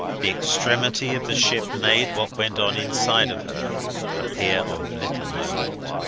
the extremity of the ship made what went on inside of her appear of little moment.